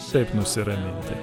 šiaip nusiraminti